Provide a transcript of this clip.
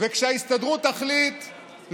וכשההסתדרות תחליט,